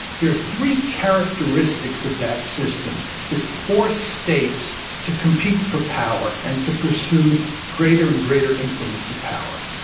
there are three characteristics of that system that force states to compete for power and to pursue greater and greater increments of power.